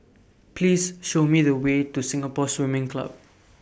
Please Show Me The Way to Singapore Swimming Club